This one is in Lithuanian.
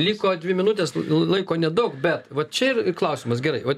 liko dvi minutės laiko nedaug bet va čia ir klausimas gerai va